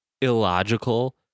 illogical